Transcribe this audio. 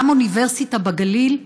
גם אוניברסיטה בגליל.